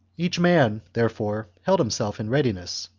each man, therefore, held himself in readiness,